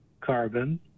carbon